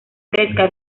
fresca